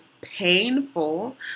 painful